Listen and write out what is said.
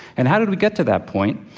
and how did we get to that point?